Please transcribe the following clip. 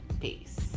peace